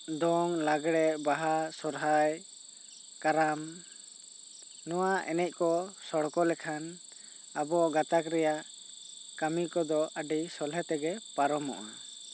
ᱫᱚᱝ ᱞᱟᱜᱽᱲᱮ ᱵᱟᱦᱟ ᱥᱚᱨᱦᱟᱭ ᱠᱟᱨᱟᱢ ᱱᱚᱣᱟ ᱮᱱᱮᱡ ᱠᱚ ᱥᱚᱲᱠᱚ ᱞᱮᱠᱷᱟᱱ ᱟᱵᱚ ᱜᱟᱛᱟᱠ ᱨᱮᱭᱟᱜ ᱠᱟᱹᱢᱤ ᱠᱚᱫᱚ ᱟᱹᱰᱤ ᱥᱚᱞᱦᱮ ᱛᱮᱜᱮ ᱯᱟᱨᱚᱢᱚᱜᱼᱟ